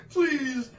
Please